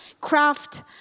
craft